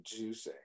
juicing